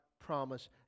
promise